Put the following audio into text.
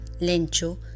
lencho